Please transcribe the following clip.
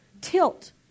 Tilt